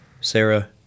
Sarah